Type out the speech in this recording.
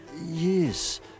Yes